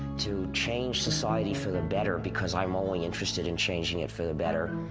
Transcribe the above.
to change society for the better, because i'm only interested in changing it for the better,